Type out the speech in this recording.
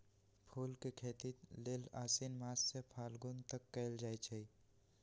फूल के खेती लेल आशिन मास से फागुन तक कएल जाइ छइ